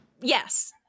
Yes